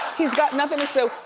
he's got nothing to sue.